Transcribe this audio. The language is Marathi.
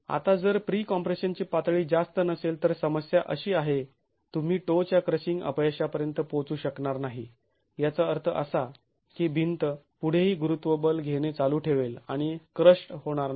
आता जर प्री कॉम्प्रेशनची पातळी जास्त नसेल तर समस्या अशी आहे तुम्ही टो च्या क्रशिंग अपयशापर्यंत पोहोचू शकणार नाही याचा अर्थ असा की भिंत पुढेही गुरुत्व बल घेणे चालू ठेवेल आणि क्रश्ड् होणार नाही